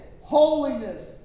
holiness